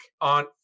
on